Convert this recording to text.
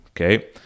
okay